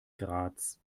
graz